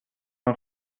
man